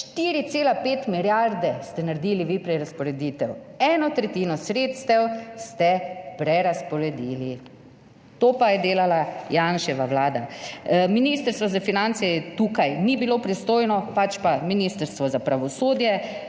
4,5 milijarde ste naredili vi prerazporeditev, eno tretjino sredstev ste prerazporedili. To pa je delala Janševa Vlada. Ministrstvo za finance tukaj ni bilo pristojno, pač pa Ministrstvo za pravosodje.